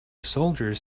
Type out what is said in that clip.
soldiers